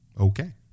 okay